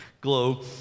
glow